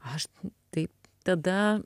aš taip tada